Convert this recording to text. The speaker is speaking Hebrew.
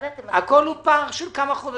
זה פער של כמה חודשים?